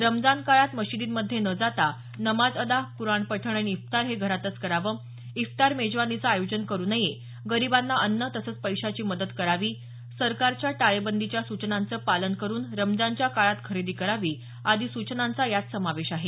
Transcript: रमजान काळात मशिदींमध्ये न जाता नमाज अदा कुराण पठण आणि इफ्तार हे घरातच करावं इफ्तार मेजवानीचं आयोजन करू नये गरिबांना अन्न तसंच पैशाची मदत करावी सरकारच्या टाळेबंदीच्या सूचनांचं पालन करूनच रमजानच्या काळात खरेदी करावी आदी सूचनांचा यात समावेश आहे